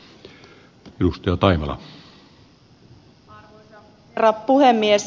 arvoisa herra puhemies